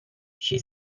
she